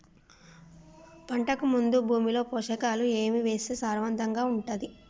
పంటకు ముందు భూమిలో పోషకాలు ఏవి వేస్తే సారవంతంగా ఉంటది?